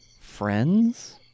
friends